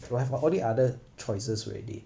we have all the other choices already